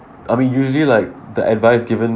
I mean usually like the advice given